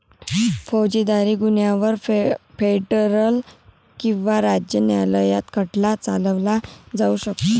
फौजदारी गुन्ह्यांवर फेडरल किंवा राज्य न्यायालयात खटला चालवला जाऊ शकतो